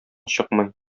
чыкмый